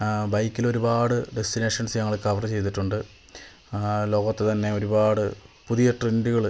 ആ ബൈക്കിൽ ഒരുപാട് ഡെസ്റ്റിനേഷൻസ് ഞങ്ങള് കവറ് ചെയ്തിട്ടുണ്ട് ലോകത്ത് തന്നെ ഒരുപാട് പുതിയ ട്രെൻഡുകള്